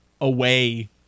away